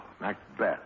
Macbeth